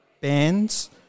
bands